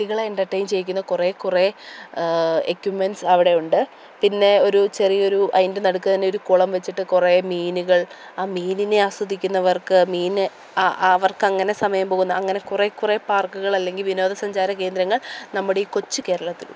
കുട്ടികളെ എൻ്റെർട്ടൈൻ ചെയ്യിക്കുന്ന കുറേ കുറേ എക്യുപ്മെൻസ് അവിടെ ഉണ്ട് പിന്നെ ഒരു ചെറിയ ഒരു അതിൻ്റെ നടുക്ക് തന്നെ ഒരു കുളം വച്ചിട്ട് കുറേ മീനുകൾ ആ മീനിനെ ആസ്വദിക്കുന്നവർക്ക് മീൻ അവർക്ക് അങ്ങനെ സമയം പോകുന്ന അങ്ങനെ കുറേ കുറേ പാർക്കുകൾ അല്ലെങ്കിൽ വിനോദസഞ്ചാര കേന്ദ്രങ്ങൾ നമ്മുടെ ഈ കൊച്ചു കേരളത്തിൽ ഉണ്ട്